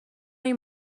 این